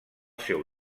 seu